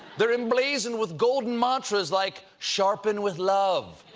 they're emblazoned with golden mantras like sharpen with love.